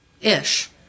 Ish